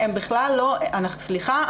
סליחה,